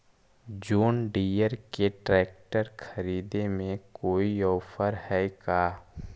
जोन Deere के tractor खरिदे में कोई औफर है का?